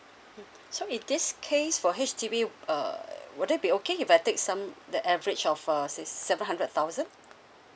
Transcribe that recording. so in this case for H_D_B uh would that be okay if I take sum the average of a s~ seven hundred thousand